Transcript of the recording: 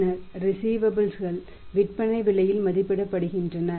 பின்னர் ரிஸீவபல்ஸ் கள் விற்பனை விலையில் மதிப்பிடப்படுகின்றன